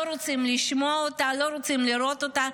לא רוצים לשמוע אותה, לא רוצים לראות אותה.